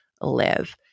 Live